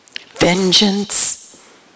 vengeance